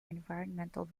environmental